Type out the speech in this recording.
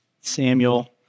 Samuel